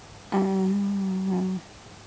mm